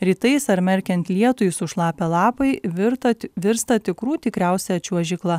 rytais ar merkiant lietui sušlapę lapai virtą virsta tikrų tikriausia čiuožykla